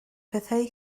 pethau